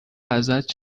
ازت